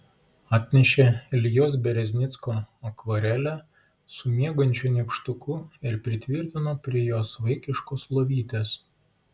atnešė iljos bereznicko akvarelę su miegančiu nykštuku ir pritvirtino prie jos vaikiškos lovytės